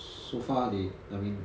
so far they I mean